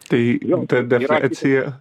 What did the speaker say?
tai ta defliacija